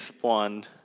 one